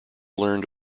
learned